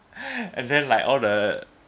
and then like all the